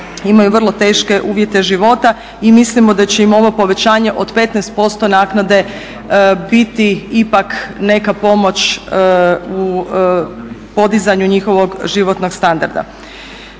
imaju vrlo teške uvjete života i mislimo da će im ovo povećanje od 15% naknade biti ipak neka pomoć u podizanju njihovog životnog standarda.